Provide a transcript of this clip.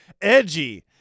Edgy